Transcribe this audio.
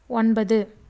ஒன்பது